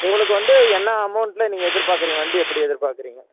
உங்களுக்கு வந்து என்ன அமௌண்ட்டில் நீங்கள் எதிர்பார்க்குறீங்க வண்டி எப்படி எதிர்பார்க்குறீங்க